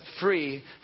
free